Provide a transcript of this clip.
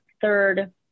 third